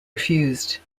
refused